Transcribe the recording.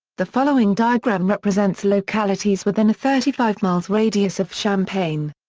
the following diagram represents localities within a thirty five miles radius of champaign.